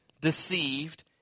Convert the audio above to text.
deceived